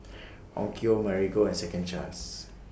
Onkyo Marigold and Second Chance